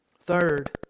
Third